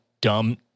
dumb